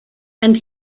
and